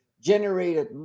generated